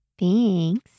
Thanks